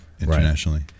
internationally